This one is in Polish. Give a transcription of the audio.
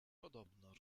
podobno